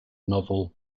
novel